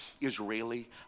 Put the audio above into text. Israeli